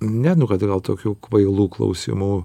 ne nu kad gal tokių kvailų klausimų